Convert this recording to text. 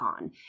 on